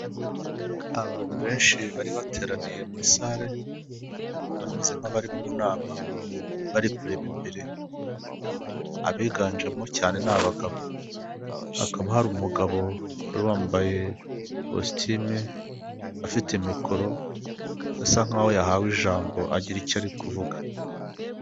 Uyu n'umukuru w'igihugu cyu Rwanda, aho yari ari kwiyampamariza kuyobora ndetse nk'uko bigaragara abaturage bakaba bari kumugaragariza urukundo, bamwishimiye kandi bamwereka ko bamushyigikiye.